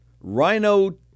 Rhino